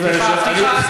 אני מרשה לך.